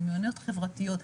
מיומנויות חברתיות,